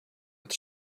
its